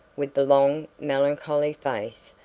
with the long, melancholy face,